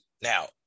Now